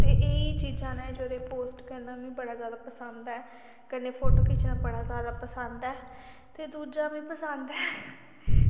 ते एह् ई चीज़ां न जेह्ड़ा मिगी पोस्ट करना बड़ा जादा पसंद ऐ कन्नै फोटो खिच्चना बड़ा जादा पसंद ऐ ते दूजा मिगी पसंद ऐ